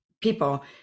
people